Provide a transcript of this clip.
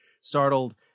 startled